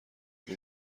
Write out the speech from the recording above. اون